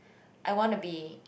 I wanna be